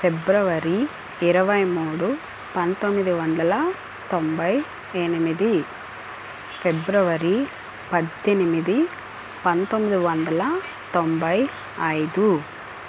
ఫిబ్రవరి ఇరవై మూడు పంతొమ్మిది వందల తొంభై ఎనిమిది ఫిబ్రవరి పద్దెనిమిది పంతొమ్మిది వందల తొంభై ఐదు